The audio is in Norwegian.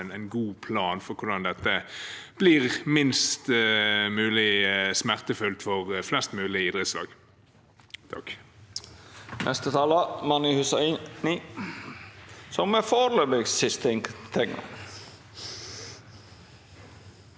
en god plan for hvordan dette blir minst mulig smertefullt for flest mulig idrettslag.